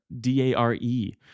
D-A-R-E